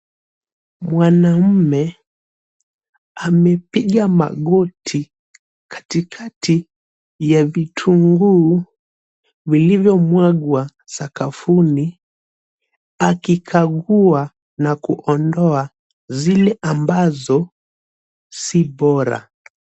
Mwanamume amepiga magoti katikati ya vitunguu vilivyomwagwa sakafuni, akikagua na kuondoa zile ambazo si bora.